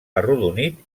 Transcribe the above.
arrodonit